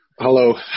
Hello